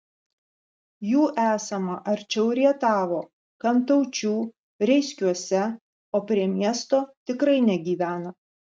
jų esama arčiau rietavo kantaučių reiskiuose o prie miesto tikrai negyvena